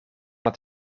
het